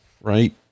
right